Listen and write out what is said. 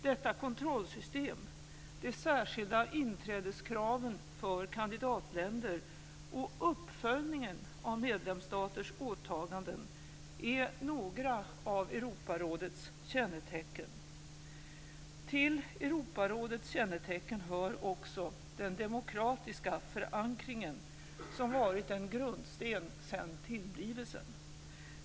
Detta kontrollsystem, de särskilda inträdeskraven för kandidatländer och uppföljningen av medlemsstaters åtaganden, är några av Europarådets kännetecken. Till Europarådets kännetecken hör också den demokratiska förankringen, som varit en grundsten sedan tillblivelsen.